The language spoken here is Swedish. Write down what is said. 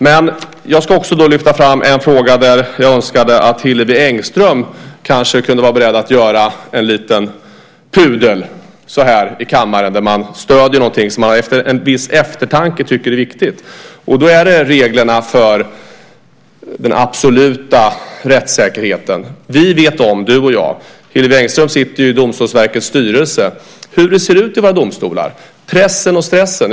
Men jag ska också lyfta fram en fråga där jag önskar att Hillevi Engström kanske kan vara beredd att göra en liten pudel så här i kammaren, det vill säga att man stöder någonting som man efter en viss eftertanke tycker är viktigt. Det gäller reglerna för den absoluta rättssäkerheten. Vi vet, du och jag, hur det ser ut i våra domstolar - Hillevi Engström sitter ju i Domstolsverkets styrelse. Jag tänker på pressen och stressen.